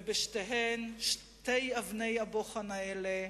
ובשתיהן, שתי אבני הבוחן האלה,